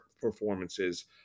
performances